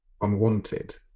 unwanted